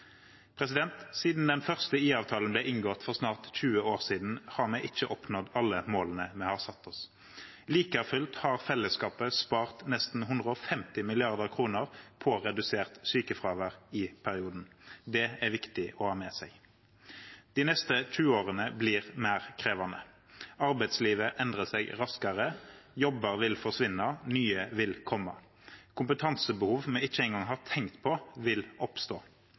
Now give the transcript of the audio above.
Siden den første IA-avtalen ble inngått for snart 20 år siden, har vi ikke oppnådd alle målene vi har satt oss. Like fullt har fellesskapet spart nesten 150 mrd. kr på redusert sykefravær i perioden. Det er viktig å ha med seg. De neste 20 årene blir mer krevende. Arbeidslivet endrer seg raskere – jobber vil forsvinne, nye vil komme. Kompetansebehov vi ikke engang har tenkt på, vil oppstå.